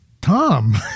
Tom